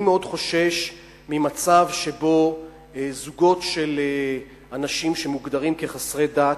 אני מאוד חושש ממצב שבו זוגות של אנשים שמוגדרים כחסרי דת,